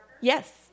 Yes